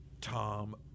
Tom